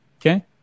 okay